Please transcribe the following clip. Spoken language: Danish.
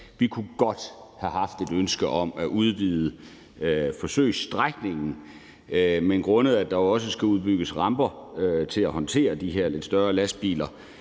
Vi kunne godt have haft et ønske om at udvide forsøgsstrækningen, men grundet det, at der også skal udbygges ramper til at håndtere de her lidt større lastbiler